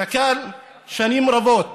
קק"ל שנים רבות